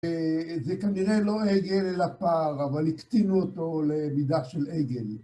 זה כנראה לא עגל אלא פר, אבל הקטינו אותו למידה של עגל.